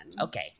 Okay